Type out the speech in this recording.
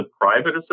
private